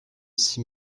six